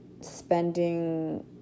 spending